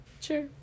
Sure